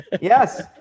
Yes